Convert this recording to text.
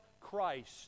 Christ